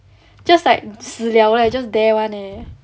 just like 死了 like just there [one] eh